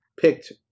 picked